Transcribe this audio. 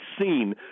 seen